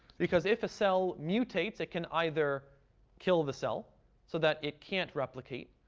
because if a cell mutates, it can either kill the cell so that it can't replicate,